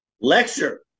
Lecture